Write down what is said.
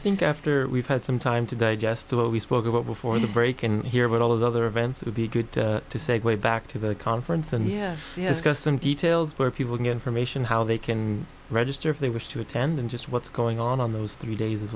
think after we've had some time to digest what we spoke about before the break in here with all of the other events it would be good to say way back to the conference and we have some details where people get information how they can register if they wish to attend and just what's going on on those three days as